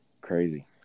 Crazy